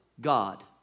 God